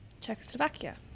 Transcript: Czechoslovakia